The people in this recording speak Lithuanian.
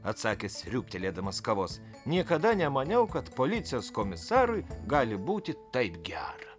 atsakė sriūbtelėdamas kavos niekada nemaniau kad policijos komisarui gali būti taip gera